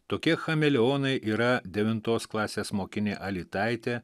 tokie chameleonai yra devintos klasės mokinė alytaitė